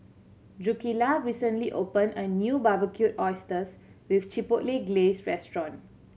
Drucilla recently opened a new Barbecued Oysters with Chipotle Glaze Restaurant